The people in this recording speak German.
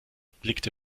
blickte